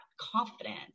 confidence